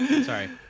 Sorry